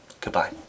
goodbye